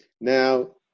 Now